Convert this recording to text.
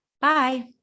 Bye